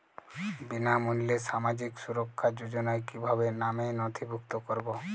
বিনামূল্যে সামাজিক সুরক্ষা যোজনায় কিভাবে নামে নথিভুক্ত করবো?